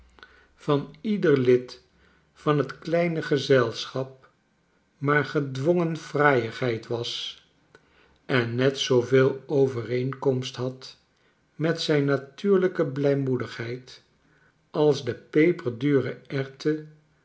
van ieder lid van t kleine gezelschap maar gedwongen fraaiigheid was en net zooveel overeenkomst had met zijn natuurlijke blijmoedigheid als de peperdure erwten